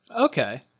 Okay